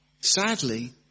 Sadly